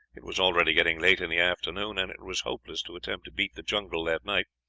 it was already getting late in the afternoon, and it was hopeless to attempt to beat the jungle that night.